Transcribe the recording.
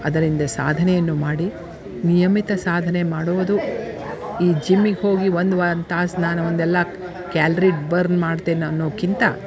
ಅದರಿಂದ ಸಾಧನೆಯನ್ನು ಮಾಡಿ ನಿಯಮಿತ ಸಾಧನೆ ಮಾಡುವುದು ಈ ಜಿಮ್ಮಿಗೆ ಹೋಗಿ ಒಂದು ವಾ ಒಂದು ತಾಸು ನಾನು ಒಂದು ಎಲ್ಲ ಕ್ಯಾಲ್ರಿ ಬರ್ನ್ ಮಾಡ್ತೀನಿ ಅನ್ನೋಕ್ಕಿಂತ